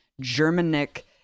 Germanic